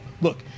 Look